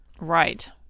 right